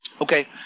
okay